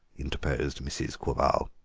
interposed mrs. quabarl.